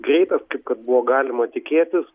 greitas kaip kad buvo galima tikėtis